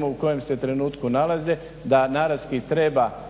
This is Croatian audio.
u kojem se trenutku nalaze da naravski treba